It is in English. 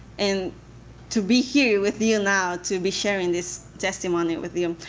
and to be here with you now, to be sharing this testimony with you,